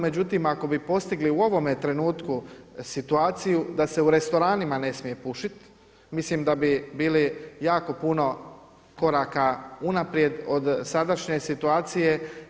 Međutim, ako bi postigli u ovome trenutku situaciju da se u restoranima ne smije pušit mislim da bi bili jako puno koraka unaprijed od sadašnje situacije.